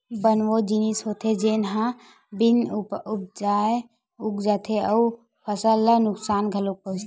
बन ओ जिनिस होथे जेन ह बिन उपजाए उग जाथे अउ फसल ल नुकसान घलोक पहुचाथे